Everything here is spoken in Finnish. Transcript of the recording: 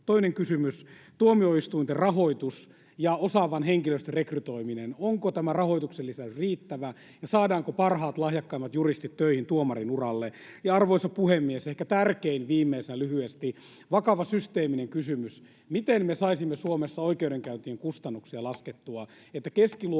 Toinen kysymys: Tuomioistuinten rahoitus ja osaavan henkilöstön rekrytoiminen. Onko tämä rahoituksen lisäys riittävä ja saadaanko parhaat, lahjakkaimmat juristi töihin tuomarinuralle? Ja, arvoisa puhemies, ehkä tärkein viimeisenä lyhyesti. Vakava systeeminen kysymys: Miten me saisimme Suomessa oikeudenkäyntien kustannuksia laskettua niin,